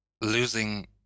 losing